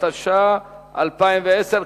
התש"ע 2010,